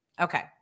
okay